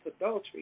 adultery